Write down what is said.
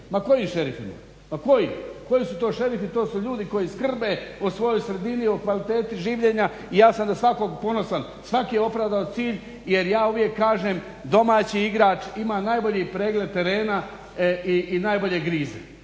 Ma koji? Koji su to šerifi? To su ljudi koji skrbe o svojoj sredini, o kvaliteti življenja, i ja sam na svakog ponosan, svaki je opravdao cilj, jer ja uvijek kažem domaći igrač ima najbolji pregled terena i najbolje grize.